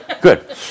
Good